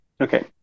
Okay